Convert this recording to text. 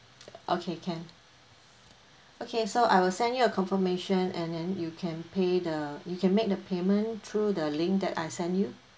okay can okay so I will send you a confirmation and then you can pay the you can make the payment through the link that I send you